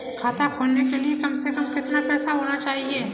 खाता खोलने के लिए कम से कम कितना पैसा होना चाहिए?